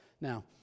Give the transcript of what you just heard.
Now